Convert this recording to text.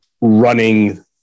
running